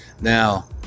Now